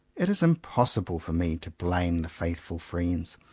it is impossi ble for me to blame the faithful friends,